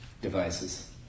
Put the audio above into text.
devices